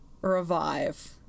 revive